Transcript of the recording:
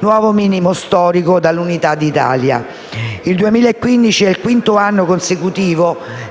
nuovo minimo storico dall'Unità d'Italia. Il 2015 è il quinto anno consecutivo